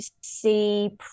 see